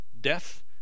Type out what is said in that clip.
death